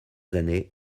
années